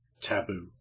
taboo